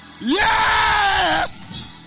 Yes